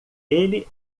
ele